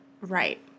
Right